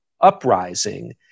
uprising